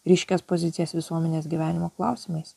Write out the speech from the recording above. ryškias pozicijas visuomenės gyvenimo klausimais